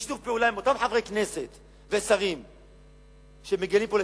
בשיתוף פעולה עם אותם חברי כנסת ושרים שמגלים פה,